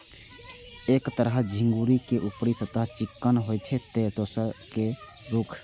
एक तरह झिंगुनी के ऊपरी सतह चिक्कन होइ छै, ते दोसर के रूख